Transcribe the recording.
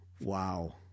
wow